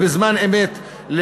ובזמן אמת,